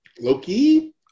loki